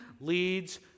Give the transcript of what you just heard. leads